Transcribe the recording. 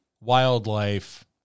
wildlife